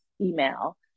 email